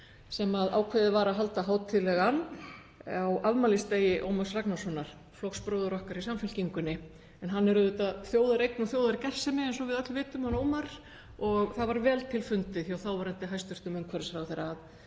sem ákveðið var að halda hátíðlegan á afmælisdegi Ómars Ragnarssonar, flokksbróður okkar í Samfylkingunni. Hann er auðvitað þjóðareign og þjóðargersemi eins og við öll vitum, hann Ómar, og það var vel til fundið hjá þáverandi hæstv. umhverfisráðherra að